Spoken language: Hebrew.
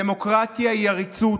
דמוקרטיה היא עריצות.